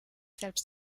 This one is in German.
selbst